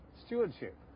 stewardship